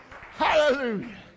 Hallelujah